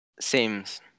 Seems